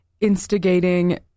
instigating